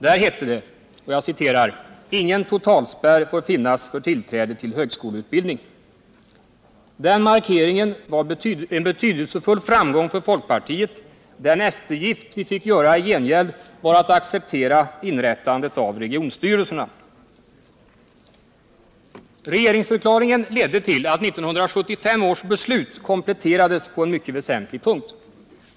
Där hette det att ”ingen totalspärr får finnas för tillträde till högskoleutbildningen”. Den markeringen var en betydelsefull framgång för folkpartiet — den eftergift vi fick göra i gengäld var att acceptera inrättandet av regionstyrelserna. Regeringsförklaringen ledde till att 1975 års beslut kompletterades på en mycket väsentlig punkt.